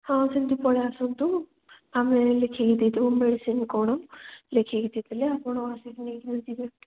ହଁ ସେମତି ପଳାଇଆସନ୍ତୁ ଆମେ ଲେଖିକି ଦେଇଦେବୁ ମେଡ଼ିସିନ୍ କ'ଣ ଲେଖିକି ଦେଇଦେଲେ ଆପଣ ଆସିକି ନେଇଯିବେ ଯିବେ